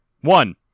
One